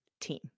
team